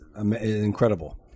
incredible